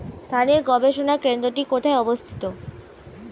ধানের গবষণা কেন্দ্রটি কোথায় অবস্থিত?